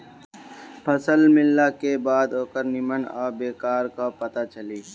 फसल मिलला के बाद ओकरे निम्मन आ बेकार क पता चली